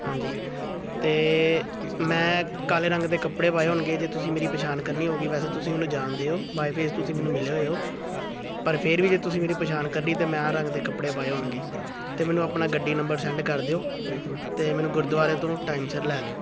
ਹਾਂਜੀ ਅਤੇ ਮੈਂ ਕਾਲੇ ਰੰਗ ਦੇ ਕੱਪੜੇ ਪਾਏ ਹੋਣਗੇ ਜੇ ਤੁਸੀਂ ਮੇਰੀ ਪਹਿਛਾਣ ਕਰਨੀ ਹੋਊਗੀ ਵੈਸੇ ਤੁਸੀਂ ਮੈਨੂੰ ਜਾਣਦੇ ਹੋ ਬਾਏ ਫੇਸ ਤੁਸੀਂ ਮੈਨੂੰ ਮਿਲੇ ਹੋਏ ਹੋ ਪਰ ਫਿਰ ਵੀ ਜੇ ਤੁਸੀਂ ਮੇਰੀ ਪਹਿਛਾਣ ਕਰਨੀ ਤਾਂ ਮੈਂ ਆਹ ਰੰਗ ਦੇ ਕੱਪੜੇ ਪਾਏ ਹੋਣਗੇ ਅਤੇ ਮੈਨੂੰ ਆਪਣਾ ਗੱਡੀ ਨੰਬਰ ਸੈਂਡ ਕਰ ਦਿਓ ਅਤੇ ਮੈਨੂੰ ਗੁਰਦੁਆਰੇ ਤੋਂ ਟਾਈਮ ਸਿਰ ਲੈ ਲਿਓ